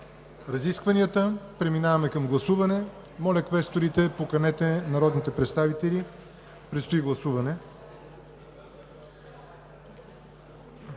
разискванията и преминаваме към гласуване. Моля, квесторите, поканете народните представители – предстои гласуване.